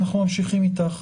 אנחנו ממשיכים איתך.